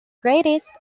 greatest